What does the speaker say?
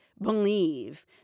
believe